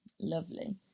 lovely